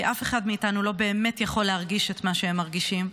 כי אף אחד מאיתנו לא באמת יכול להרגיש את מה שהם מרגישים,